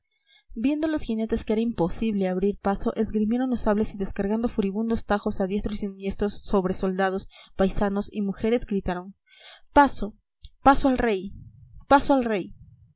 viendo los jinetes que era imposible abrir paso esgrimieron los sables y descargando furibundos tajos a diestro y siniestro sobre soldados paisanos y mujeres gritaron paso paso al rey paso al rey